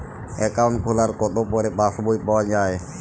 Account খোলার কতো পরে পাস বই পাওয়া য়ায়?